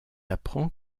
apprend